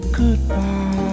goodbye